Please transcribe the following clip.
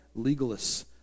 legalists